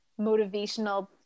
motivational